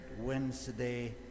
Wednesday